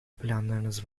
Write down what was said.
planlarınız